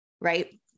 right